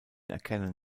erkennen